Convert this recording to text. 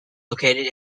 located